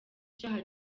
cyaha